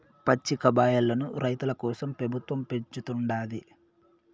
పచ్చికబయల్లను రైతుల కోసరం పెబుత్వం పెంచుతుండాది